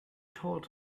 told